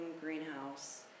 greenhouse